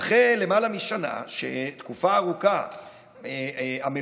אחרי למעלה משנה שתקופה ארוכה המלונות,